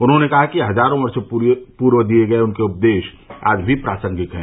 उन्होंने कहा कि हजारों वर्ष पूर्व दिये गये उनके उपदेश आज भी प्रासंगिक है